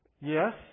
Yes